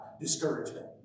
discouragement